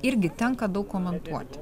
irgi tenka daug komentuoti